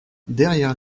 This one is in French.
derrière